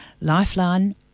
Lifeline